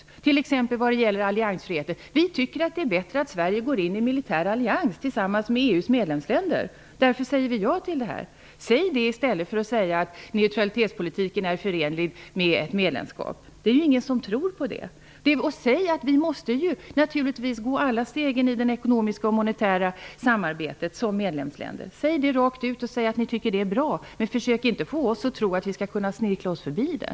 Vad gäller t.ex. alliansfriheten kunde man säga att man tycker att det är bättre att Sverige går in i en militärallians tillsammans med EU:s medlemsländer och att man därför säger ja till det här, i stället för att säga att neutralitetspolitiken är förenlig med ett medlemskap. Ingen tror på det. Säg att Sverige som medlemsland naturligtvis måste gå alla stegen i det ekonomiska och monetära samarbetet. Säg det rakt ut, och säg att ni tycker att det är bra! Men försök inte få oss att tro att ni skall kunna snirkla er förbi det!